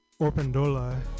Orpandola